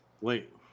Wait